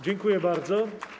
Dziękuję bardzo.